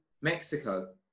Mexico